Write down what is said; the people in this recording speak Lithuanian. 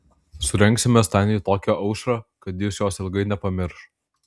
surengsime staniui tokią aušrą kad jis jos ilgai nepamirš